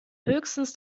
höchstens